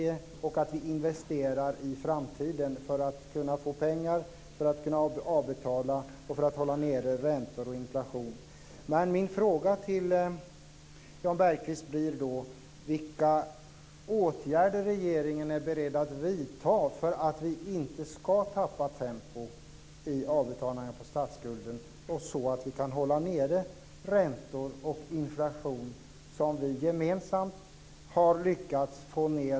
Det är viktigt att vi investerar i framtiden för att få pengar till avbetalningar och för att hålla nere räntor och inflation. Min fråga till Jan Bergqvist blir då: Vilka åtgärder är regeringen beredd att vidta för att vi inte ska tappa tempo i avbetalningarna på statsskulden och för att vi ska kunna hålla räntor och inflation nere? Vi har ju gemensamt lyckats få ned dem.